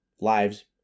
lives